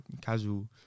casual